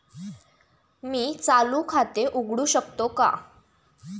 मी चालू खाते उघडू शकतो का?